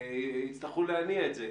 יצטרכו להניע את זה.